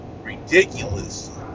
ridiculous